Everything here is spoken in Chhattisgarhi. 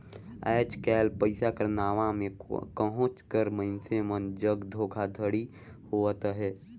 आएज काएल पइसा कर नांव में कहोंच कर मइनसे मन जग धोखाघड़ी होवत अहे